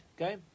okay